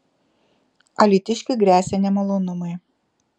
alytiškiui gresia nemalonumai